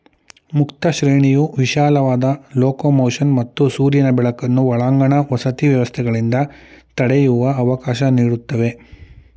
ಮುಕ್ತ ಶ್ರೇಣಿಯು ವಿಶಾಲವಾದ ಲೊಕೊಮೊಷನ್ ಮತ್ತು ಸೂರ್ಯನ ಬೆಳಕನ್ನು ಒಳಾಂಗಣ ವಸತಿ ವ್ಯವಸ್ಥೆಗಳಿಂದ ತಡೆಯುವ ಅವಕಾಶ ನೀಡ್ತವೆ